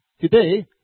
Today